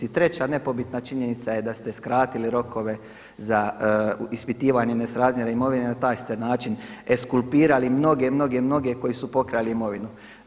I treća nepobitna činjenica je da ste skratili rokove za ispitivanje nerazmjera imovine, na taj ste način ekskulpirali mnoge, mnoge, mnoge koji su pokrali imovinu.